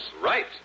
Right